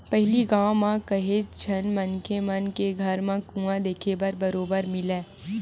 पहिली गाँव म काहेव झन मनखे मन के घर म कुँआ देखे बर बरोबर मिलय